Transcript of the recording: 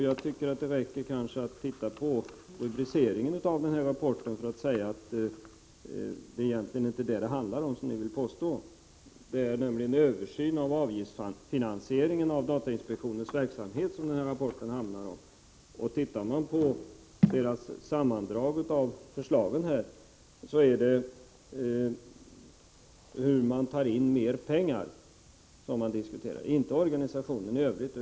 Jag tycker att det räcker att titta på rubriceringen av rapporten för att se att den egentligen inte handlar om det ni vill påstå. Det är översyn av avgiftsfinansieringen av datainspektionens verksamhet som den här rapporten handlar om. Tittar man på sammandraget av förslagen ser man att det är hur man tar in mer pengar som diskuteras, inte organisationen i övrigt.